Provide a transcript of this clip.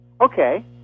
okay